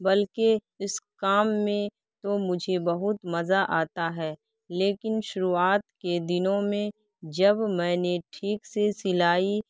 بلکہ اس کام میں تو مجھے بہت مزہ آتا ہے لیکن شروعات کے دنوں میں جب میں نے ٹھیک سے سلائی